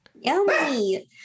Yummy